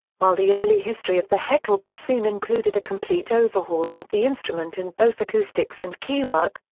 while the early history of the heckel bassoon included a complete overhaul of the instrument in both acoustics and keywork,